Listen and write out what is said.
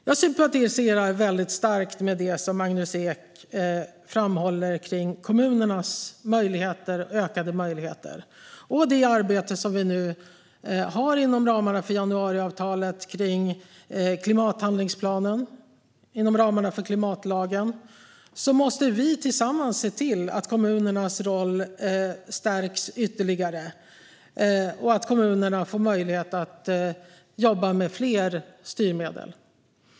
Jag sympatiserar starkt med det som Magnus Ek tog upp om kommunernas ökade möjligheter och det arbete som nu sker inom ramarna för januariavtalet när det gäller klimathandlingsplanen och klimatlagen. Vi måste tillsammans se till att kommunernas roll stärks ytterligare och att kommunerna får möjlighet att jobba med fler styrmedel.